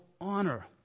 honor